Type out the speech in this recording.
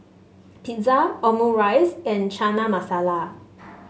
Pizza Omurice and Chana Masala